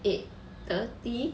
eight thirty